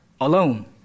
alone